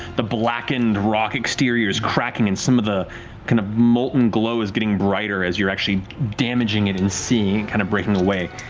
the blackened rock exterior is cracking and some of the kind of molten glow is getting brighter as you're actually damaging it and seeing it kind of breaking away.